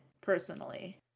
personally